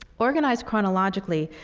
organized chronologically,